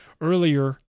earlier